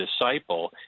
disciple